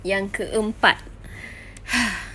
yang keempat